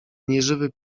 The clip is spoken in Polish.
nieżywy